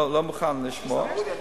שלא מוכן לשמוע.